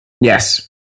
Yes